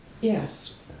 yes